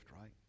right